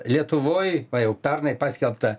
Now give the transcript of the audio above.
lietuvoj jau pernai paskelbta